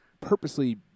purposely